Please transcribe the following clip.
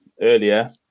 earlier